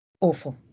Awful